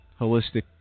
Holistic